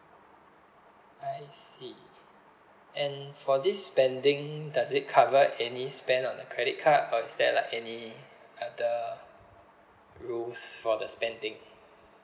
I see and for this spending does it cover any spend on the credit card or is there like any other rules for the spending